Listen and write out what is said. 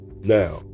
Now